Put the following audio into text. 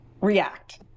react